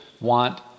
want